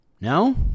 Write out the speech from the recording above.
No